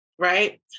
Right